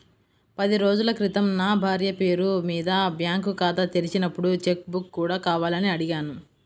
పది రోజుల క్రితం నా భార్య పేరు మీద బ్యాంకు ఖాతా తెరిచినప్పుడు చెక్ బుక్ కూడా కావాలని అడిగాను